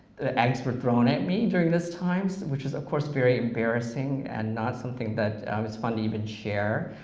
eggs were thrown at me during this time, so which is, of course, very embarrassing and not something that was fun to even share,